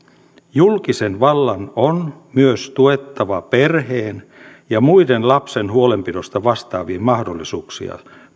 julkisen vallan on myös tuettava perheen ja muiden lapsen huolenpidosta vastaavien mahdollisuuksia